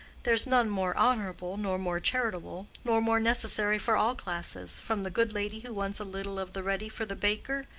there's none more honorable, nor more charitable, nor more necessary for all classes, from the good lady who wants a little of the ready for the baker,